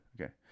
Okay